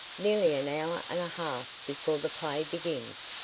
nearly an hour and a half before the play begins.